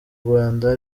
rwanda